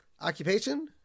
Occupation